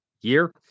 year